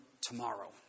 tomorrow